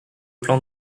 plan